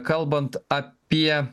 kalbant apie